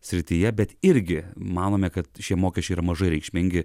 srityje bet irgi manome kad šie mokesčiai yra mažai reikšmingi